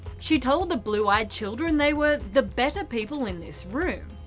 she told the blue eyed children they were the better people in this room.